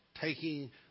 taking